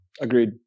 Agreed